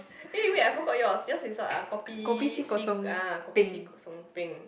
eh wait I forgot yours yours is what ah kopi C ah kopi C kosong peng